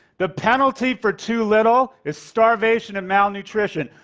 the penalty for too little is starvation and malnutrition.